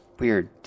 weird